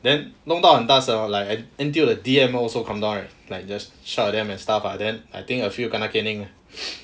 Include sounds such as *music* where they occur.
then 弄到很大声 like until the D_M also come down like like just shout at them and stuff lah then I think a few kena caning *breath*